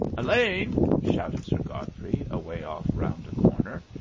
elaine! shouted sir godfrey, away off round a corner.